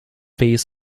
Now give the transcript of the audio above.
piece